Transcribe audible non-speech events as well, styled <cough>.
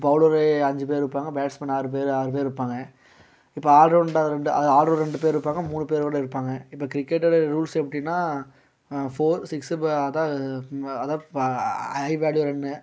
bowler அஞ்சு பேர் இருப்பாங்க பேட்ஸ்மேன் ஆறு பேர் ஆறு பேர் இருப்பாங்க இப்போ ஆல்ரவுண்டர்ன்ட்டு ஆல்ரவுண்டர் ரெண்டு பேர் இருப்பாங்க மூணு பேர்கூட இருப்பாங்க இப்போ கிரிக்கெட்டோடைய ரூல்ஸ் எப்படின்னா ஃபோர் சிக்ஸ் இப்போ அதாவது இப்போ அதாவது இப்போ <unintelligible> ரன்னு